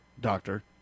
doctor